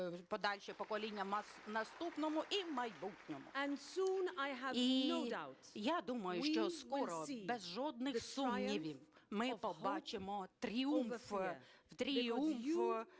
І я думаю, що скоро, без жодних сумнівів, ми побачимо тріумф